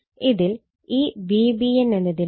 ഇതിൽ ഈ Vbn എന്നതിനെ Vnb എന്നാക്കാം